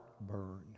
burn